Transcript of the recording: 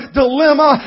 dilemma